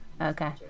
okay